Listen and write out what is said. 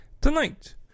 Tonight